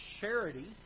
charity